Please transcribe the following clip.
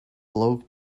bloke